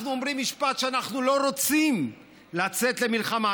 אנחנו אומרים משפט שאנחנו לא רוצים לצאת למלחמה,